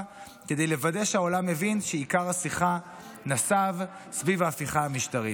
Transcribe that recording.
כדי לוודא שהעולם הבין שעיקר השיחה נסב סביב ההפיכה המשטרית.